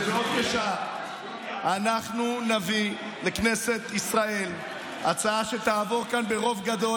שבעוד כשעה אנחנו נביא לכנסת ישראל הצעה שתעבור כאן ברוב גדול,